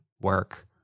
work